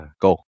Go